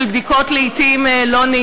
של בדיקות לא נעימות.